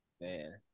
Man